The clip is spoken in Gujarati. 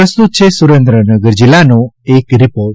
પ્રસ્તુત છે સુરેન્દ્રનગર જિલ્લાનો રિપોર્ટ